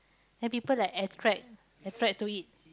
then people like attract attract to it